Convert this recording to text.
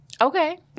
Okay